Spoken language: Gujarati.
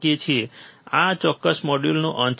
તેથી આ ચોક્કસ મોડ્યુલનો અંત છે